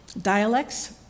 Dialects